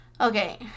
Okay